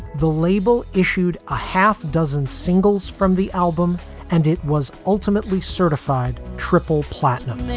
the label issued a half dozen singles from the album and it was ultimately certified triple platinum.